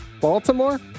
Baltimore